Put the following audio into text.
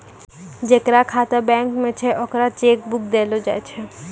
जेकर खाता बैंक मे छै ओकरा चेक बुक देलो जाय छै